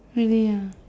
really ah